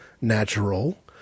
natural